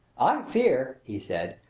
i fear, he said,